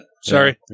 sorry